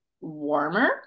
warmer